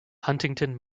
huntington